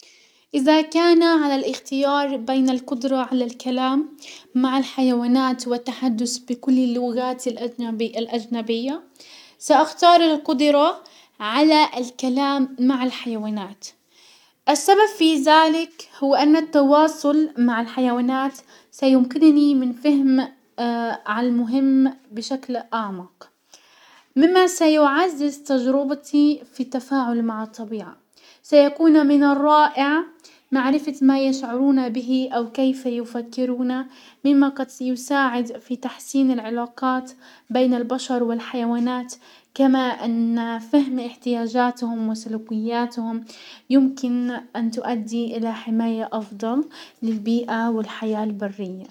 اذا كان على الاختيار بين القدرة على الكلام مع الحيوانات والتحدس بكل اللغات الادنى-الاجنبية، ساختار القدرة على الكلام مع الحيوانات. السبب في زلك هو ان التواصل مع الحيوانات سيمكنني من فهم عالمهم بشكل اعمق، مما سيعزز تجربتي في التفاعل مع الطبيعة. سيكون من الرائع معرفة ما يشعرون به او كيف يفكرون، مما قد سي- يساعد في تحسين العلاقات بين البشر والحيوانات، كما ان فهم احتياجاتهم وسلوكياتهم يمكن ان تؤدي الى حماية افضل للبيئة والحياة البرية.